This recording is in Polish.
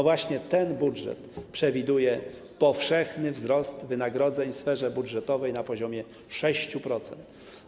Właśnie ten budżet przewiduje powszechny wzrost wynagrodzeń w sferze budżetowej na poziomie 6%.